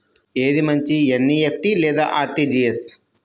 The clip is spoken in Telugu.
ఏది మంచి ఎన్.ఈ.ఎఫ్.టీ లేదా అర్.టీ.జీ.ఎస్?